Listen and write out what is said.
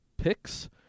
Picks